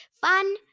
Fun